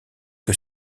que